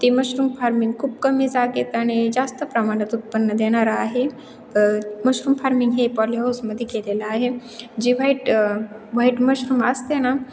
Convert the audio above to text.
ते mushroom farming खूप कमी जागेत आणि जास्त प्रमाणात उत्पन्न देणारं आहे क मशरूम फार्मिंग हे पॉलीहाऊसमध्ये केलेलं आहे जे व्हाईट व्हाईट मशरूम असते ना